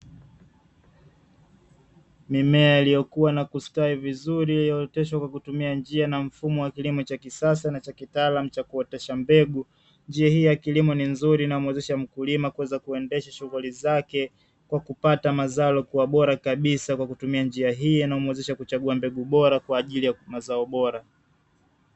Mimea ilio kua na kustawi vizuri ilioteshwa kwa kutumia njia na mfumo wa kilimo cha kisasa na cha kitaalamu cha kuotesha mbegu, njia hii ya kilimo ni nzuri na umuezesha mkulima kuweza kuendesha shughuli zake kwa kupata mazao yaliokuwa bora kabisa kwa kutumia njia hii ina umuwezesha kuchagua mbegu bora kwa ajili ya mazao bora.